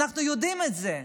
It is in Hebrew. אנחנו יודעים את זה,